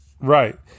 Right